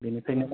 बेनिफ्रायनो